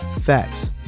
facts